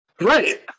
Right